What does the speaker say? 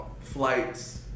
flights